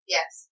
Yes